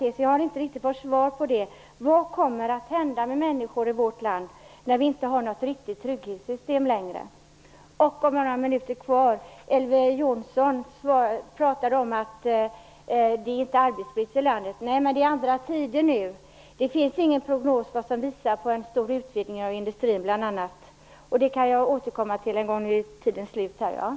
Men jag har inte riktigt fått svar på vad som kommer att hända med människor i vårt land när vi inte längre har något riktigt trygghetssystem. Elver Jonsson talade om att det inte är arbetsbrist i landet. Nej, men det är andra tider nu. Det finns ingen prognos som visar på en stor utvidgning av industrin bl.a. Detta kan jag återkomma till i ett inlägg innan min taletid tar slut.